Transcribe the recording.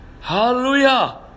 Hallelujah